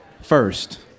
first